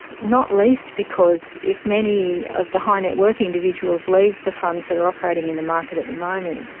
not least because if many of the high net worth individuals leave the funds that are operating in the market at the moment,